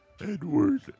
Edward